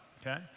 okay